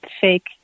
fake